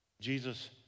Jesus